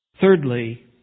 Thirdly